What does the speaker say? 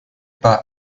pas